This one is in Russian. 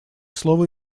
слово